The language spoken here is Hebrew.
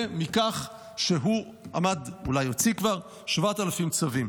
ומכך שהוא עמד, אולי כבר הוציא 7,000 צווים.